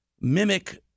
mimic